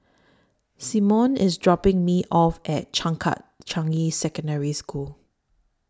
Symone IS dropping Me off At Changkat Changi Secondary School